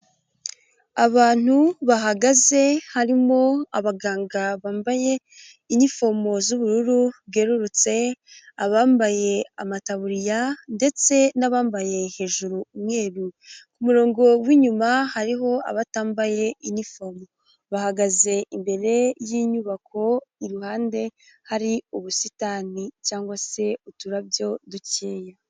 Abantu bahagaze harimo abaganga bambaye inifomo z'ubururu bwerurutse, abambaye amataburiya ndetse n'abambaye hejuru umweru, ku murongo w'inyuma hariho abatambaye inifomo, bahagaze imbere y'inyubako, iruhande hari ubusitani cyangwa se uturabyo dukeya.